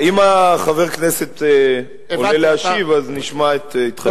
אם חבר הכנסת עולה להשיב, אז נשמע את התחייבותו.